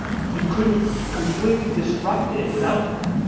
you couldn't completely disrupt it without that.